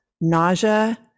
nausea